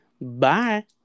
Bye